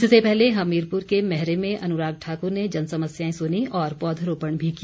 इससे पहले हमीरपुर के मैहरे में अनुराग ठाकुर ने जन समस्याएं सुनीं और पौधरोपण भी किया